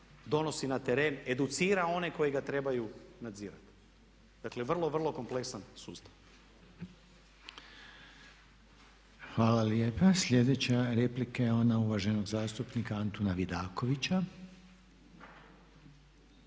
donosi na teren, educira one koji ga trebaju nadzirati. Dakle, vrlo, vrlo kompleksan sustav. **Reiner, Željko (HDZ)** Hvala lijepa. Sljedeća replika je ona uvaženog zastupnika Antuna Vidakovića.